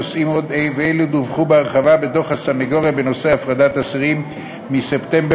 נושאים אלו ועוד דווחו בהרחבה בדוח הסנגוריה בנושא הפרדת אסירים מספטמבר